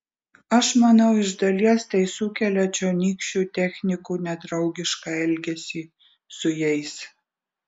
aš manau iš dalies tai ir sukelia čionykščių technikų nedraugišką elgesį su jais